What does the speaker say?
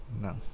No